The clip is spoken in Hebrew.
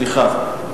סליחה.